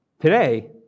today